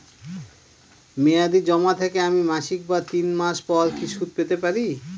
মেয়াদী জমা থেকে আমি মাসিক বা তিন মাস পর কি সুদ পেতে পারি?